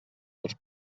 dels